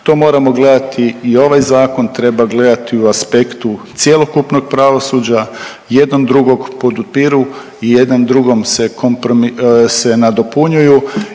To moramo gledati i ovaj zakon, treba gledati u aspektu cjelokupnog pravosuđa, jednom drugog podupiru i jedan drugom se kompromi…,